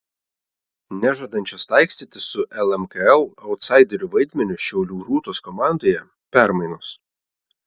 nežadančios taikstytis su lmkl autsaiderių vaidmeniu šiaulių rūtos komandoje permainos